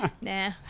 nah